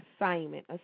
assignment